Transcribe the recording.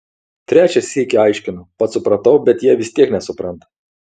trečią sykį aiškinu pats supratau bet jie vis tiek nesupranta